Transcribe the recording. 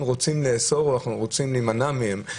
רוצים לאסור או אנחנו רוצים להימנע מזה.